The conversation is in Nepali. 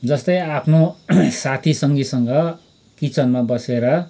जस्तै आफ्नो साथीसँगीसँग किचनमा बसेर